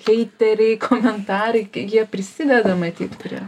heiteriai komentarai jie prisideda matyt prie